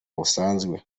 busanzwe